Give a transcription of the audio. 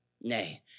Nay